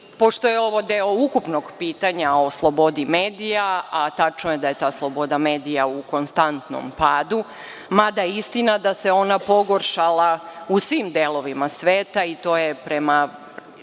tela. Pošto je ovo deo ukupnog pitanja o slobodi medija, a tačno je da je ta sloboda medija u konstantnom padu, mada je istina da se ona pogoršala u svim delovima sveta, i to je prema